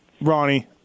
Ronnie